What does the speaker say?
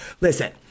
Listen